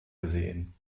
gesehen